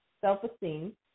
self-esteem